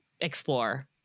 explore